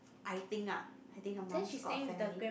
I think ah I think her mom's got a family